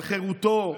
על חירותו,